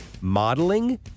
modeling